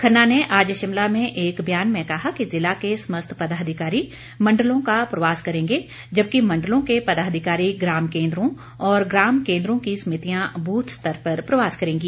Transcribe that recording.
खन्ना ने आज शिमला में एक बयान में कहा कि जिला के समस्त पदाधिकारी मंडलों का प्रवास करेंगे जबकि मंडलों के पदाधिकारी ग्राम केन्द्रों और ग्राम केन्द्रों की समितियां ब्रथ स्तर पर प्रवास करेंगी